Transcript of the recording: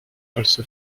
also